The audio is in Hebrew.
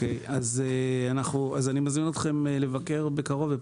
אני מזמין אתכם לבוא לבקר בקרוב.